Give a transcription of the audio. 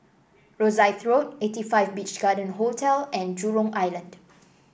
Rosyth Road eighty five Beach Garden Hotel and Jurong Island